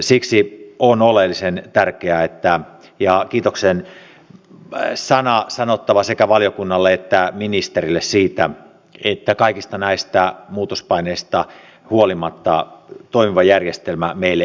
siksi on oleellisen tärkeää ja kiitoksen sana sanottava sekä valiokunnalle että ministerille siitä että kaikista näistä muutospaineista huolimatta toimiva järjestelmä meille edelleenkin jää